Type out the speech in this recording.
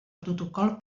protocol